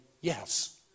yes